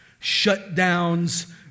shutdowns